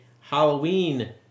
Halloween